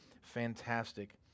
fantastic